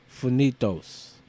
Finitos